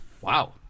Wow